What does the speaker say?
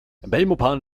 belmopan